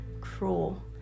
cruel